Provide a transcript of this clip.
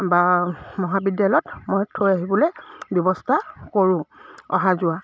বা মহাবিদ্যালয়ত মই থৈ আহিবলৈ ব্যৱস্থা কৰোঁ অহা যোৱা